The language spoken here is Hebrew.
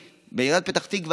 בעיריית פתח תקווה